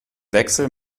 wechsel